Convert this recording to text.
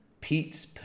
Pete's